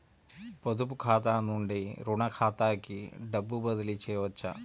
పొదుపు ఖాతా నుండీ, రుణ ఖాతాకి డబ్బు బదిలీ చేయవచ్చా?